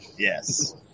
Yes